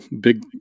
big